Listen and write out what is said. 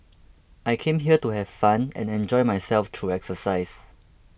I came here to have fun and enjoy myself through exercise